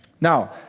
Now